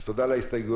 אז תודה על הסתייגויות.